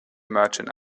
merchant